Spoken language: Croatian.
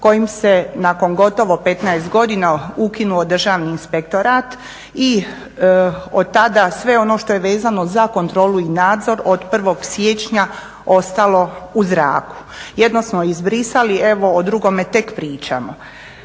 kojim se nakon gotovo 15 godina ukinuo Državni inspektorat i od tada sve ono što je vezano za kontrolu i nadzor od 1. siječnja ostalo u zraku. Jedno smo izbrisali, evo o drugome tek pričamo.